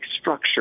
structure